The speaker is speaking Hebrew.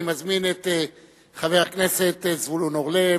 אני מזמין את חבר הכנסת זבולון אורלב,